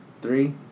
Three